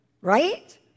Right